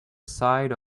side